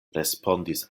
respondis